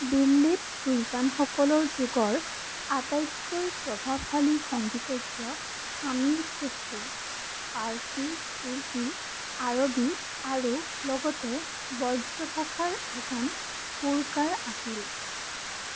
দিল্লীত চুলতানসকলৰ যুগৰ আটাইতকৈ প্ৰভাৱশালী সংগীতজ্ঞ আমিৰ খুশ্ৰু পাৰ্চী তুৰ্কী আৰবী আৰু লগতে বজ্ৰ ভাষাৰ এজন সুৰকাৰ আছিল